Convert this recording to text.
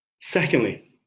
secondly